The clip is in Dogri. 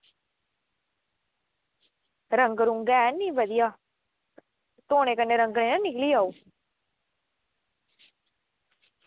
रंग ऐ नी बधिया धोने कन्नै रंग निं ना निकली जाह्ग